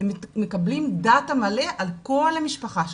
הם מקבלים דטה מלא על כל המשפחה שלך.